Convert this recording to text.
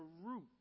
root